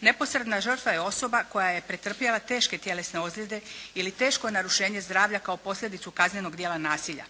Neposredna žrtva je osoba koja je pretrpjela teške tjelesne ozljede ili teško narušenje zdravlja kao posljedicu kaznenog djela nasilja.